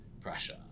pressure